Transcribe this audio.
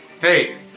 hey